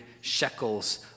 shekels